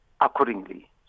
accordingly